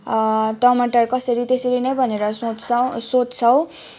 टमाटर कसरी त्यसरी नै भनेर सोँच्छौ सोध्छौँ